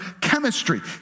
chemistry